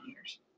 years